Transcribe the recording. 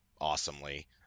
awesomely